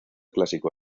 clásico